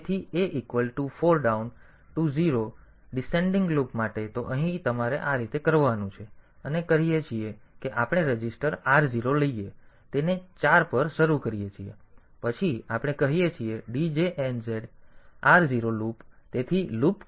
તેથી A equal to 4 down to 0 descending loop માટે તો અહીં તમારે આ રીતે કરવાનું છે અને કહીએ છીએ કે આપણે રજિસ્ટર R 0 લઈએ છીએ તેને 4 પર શરૂ કરીએ છીએ અને પછી આપણે કહીએ છીએ djnz R 0 લૂપ